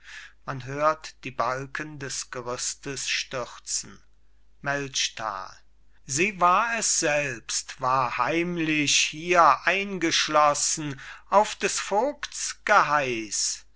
man hört die balken des gerüstes stürzen melchtal sie war es selbst war heimlich hier eingeschlossen auf des vogts geheiß